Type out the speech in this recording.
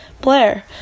Blair